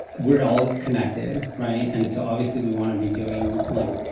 we're all connected, right? and so obviously, we want to be doing like,